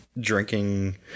drinking